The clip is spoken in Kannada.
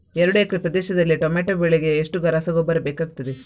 ಎರಡು ಎಕರೆ ಪ್ರದೇಶದಲ್ಲಿ ಟೊಮ್ಯಾಟೊ ಬೆಳೆಗೆ ಎಷ್ಟು ರಸಗೊಬ್ಬರ ಬೇಕಾಗುತ್ತದೆ?